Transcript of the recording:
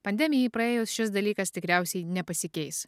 pandemijai praėjus šis dalykas tikriausiai nepasikeis